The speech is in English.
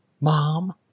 Mom